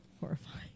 horrifying